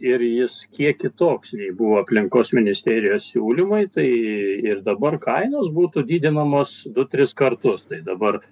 ir jis kiek kitoks nei buvo aplinkos ministerijos siūlymai tai ir dabar kainos būtų didinamos du tris kartus tai dabar